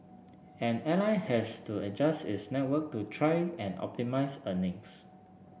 an airline has to adjust its network to try and optimise earnings